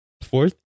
Fourth